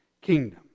kingdom